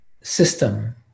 system